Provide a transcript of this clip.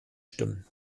stimmen